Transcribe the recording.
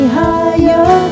higher